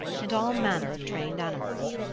and all manner of trained animals.